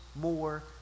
more